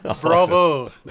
Bravo